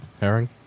herring